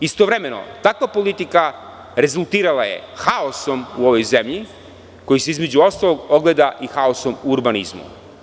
Istovremeno, takva politika rezultirala je haosom u ovoj zemlji koji se između ostalog ogleda i haosom u urbanizmu.